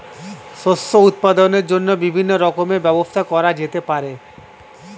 শস্য উৎপাদনের জন্য বিভিন্ন রকমের ব্যবস্থা করা যেতে পারে